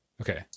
Okay